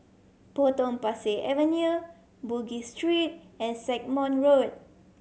Potong Pasir Avenue Bugis Street and Stagmont Road